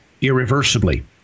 irreversibly